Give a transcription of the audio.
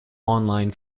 online